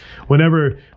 Whenever